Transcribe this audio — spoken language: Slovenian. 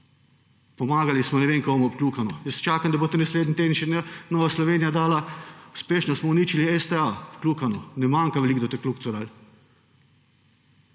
Pomagali smo ne vem komu, obkljukano. Jaz čakam, da boste naslednji teden še Nova Slovenija dala, uspešno smo uničili STA, obkljukano. Ne manjka veliko, da